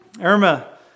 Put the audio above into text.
Irma